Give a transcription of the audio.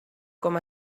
com